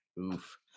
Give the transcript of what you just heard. Oof